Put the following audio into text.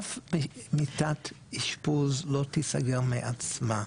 אף מיטת אשפוז לא תיסגר מעצמה.